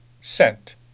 Sent